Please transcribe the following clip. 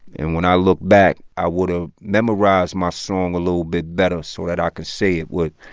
and when i look back, i would've memorized my song a little bit better so that i could say it with,